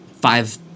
five